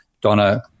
Donna